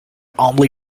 only